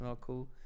cool